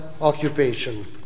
occupation